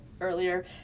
earlier